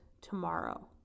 tomorrow